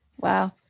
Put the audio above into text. Wow